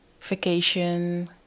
vacation